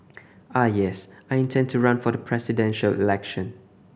ah yes I intend to run for the Presidential Election